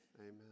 Amen